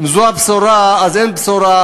אם זו הבשורה, אז אין בשורה.